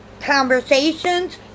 conversations